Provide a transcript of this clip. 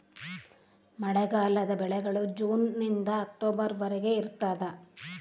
ಮಳೆಗಾಲದ ಬೆಳೆಗಳು ಜೂನ್ ನಿಂದ ಅಕ್ಟೊಬರ್ ವರೆಗೆ ಇರ್ತಾದ